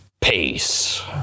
Peace